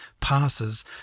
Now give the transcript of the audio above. passes